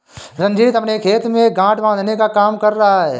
रंजीत अपने खेत में गांठ बांधने का काम कर रहा है